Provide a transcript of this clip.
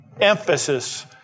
emphasis